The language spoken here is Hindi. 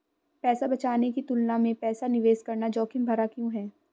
पैसा बचाने की तुलना में पैसा निवेश करना जोखिम भरा क्यों है?